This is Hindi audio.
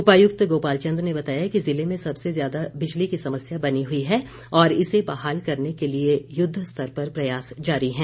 उपायुक्त गोपाल चंद ने बताया कि जिले में सबसे ज्यादा बिजली की समस्या बनी हुई है और इसे बहाल करने के लिए युद्ध स्तर पर प्रयास जारी हैं